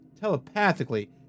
telepathically